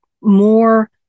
more